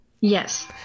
Yes